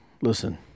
listen